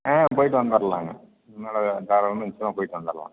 ஆ போய்ட்டு வந்துர்லாங்க தாராளமாக நிச்சயமாக போய்ட்டு வந்துர்லாம்